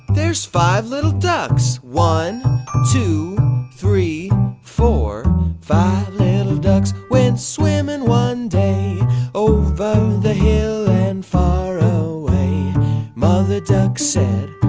there's five little ducks. one two three four five little and ducks went swimming one day over the hill and far away mother duck said,